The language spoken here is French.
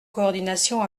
coordination